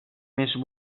més